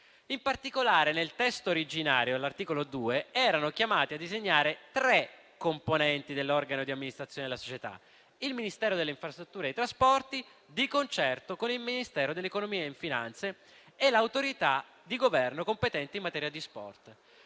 In particolare, nel testo originario dell'articolo 2, erano chiamati a designare tre componenti dell'organo di amministrazione della società: il Ministero delle infrastrutture e dei trasporti di concerto con il Ministero dell'economia e delle finanze e l'autorità di Governo competente in materia di sport.